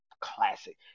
classic